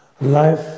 life